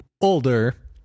older